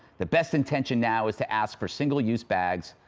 the best intention now is to ask for single-use bags,